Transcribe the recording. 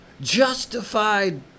justified